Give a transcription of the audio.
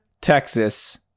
Texas